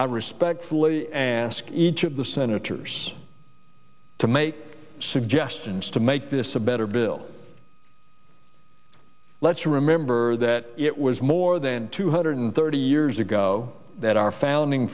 i respectfully ask each of the senators to make suggestions to make this a better bill let's remember that it was more than two hundred thirty years ago that our founding